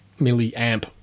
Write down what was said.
milliamp